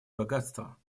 богатства